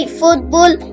football